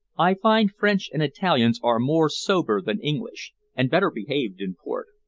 i find french and italians are more sober than english, and better behaved in port.